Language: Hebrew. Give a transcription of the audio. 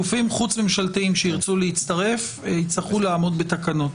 גופים חוץ ממשלתיים שירצו להצטרף יצטרכו לעמוד בתקנות